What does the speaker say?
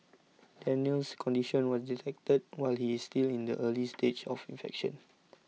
Daniel's condition was detected while he is still in the early stage of infection